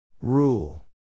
Rule